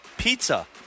pizza